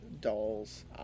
Doll's